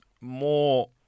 more